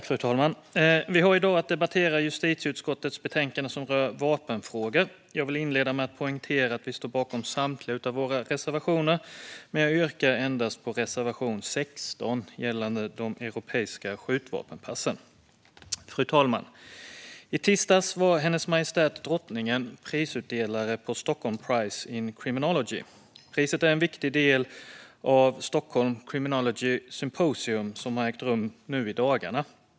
Fru talman! Vi har i dag att debattera justitieutskottets betänkande som rör vapenfrågor. Jag vill inleda med att poängtera att vi står bakom samtliga våra reservationer. Men jag yrkar bifall endast till reservation 16 gällande de europeiska skjutvapenpassen. Fru talman! I tisdags var Hennes Majestät Drottningen prisutdelare på Stockholm Prize in Criminology. Priset är en viktig del av Stockholm Criminology Symposium, som ägt rum nu i dagarna.